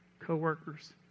co-workers